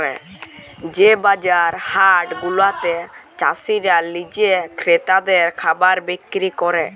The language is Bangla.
যে বাজার হাট গুলাতে চাসিরা লিজে ক্রেতাদের খাবার বিক্রি ক্যরে